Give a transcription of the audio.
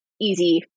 easy